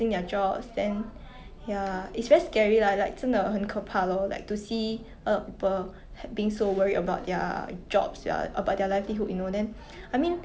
很多人 like 我懂的 lah 他们 like either get fired or in their contract get terminated then even though 他们可以 like 去 government 拿钱 but it's like